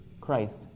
Christ